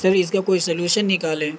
سر اس کا کوئی سلوشن نکالیں